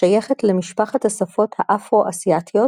השייכת למשפחת השפות האפרו-אסיאתיות,